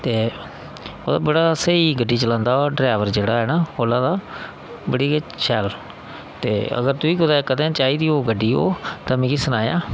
ते ओह् बड़ा स्हेई गड्डी चलांदा ओह् डरैबर जेह्ड़ा ऐ ना ओला दा बड़ी गै शैल ते अगर तुगी कुदै कदें चाहिदी होग गड्डी ओह् तां मिगी सनायां